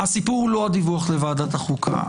הסיפור הוא לא הדיווח לוועדת החוקה,